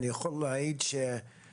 כלומר, אי אפשר להמשיך להתייחס